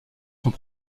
sont